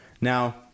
Now